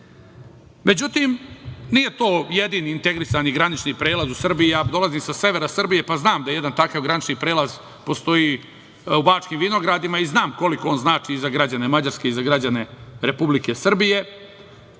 godinama.Međutim, nije to jedini integrisani granični prelaz u Srbiji. Ja dolazim sa severa Srbije, pa znam da jedan takav granični prelaz postoji u Bačkim vinogradima i znam koliko on znači i za građane Mađarske i za građane Republike Srbije.